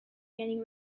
getting